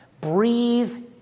Breathe